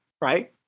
right